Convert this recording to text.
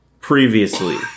Previously